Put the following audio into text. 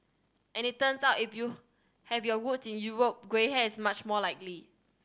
and it turns out if you have your roots in Europe grey hair is much more likely